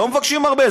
לא מבקשים הרבה.